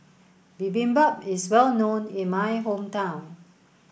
Bibimbap is well known in my hometown